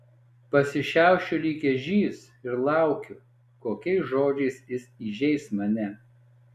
pasišiaušiu lyg ežys ir laukiu kokiais žodžiais jis įžeis mane